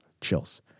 Chills